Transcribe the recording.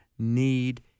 Need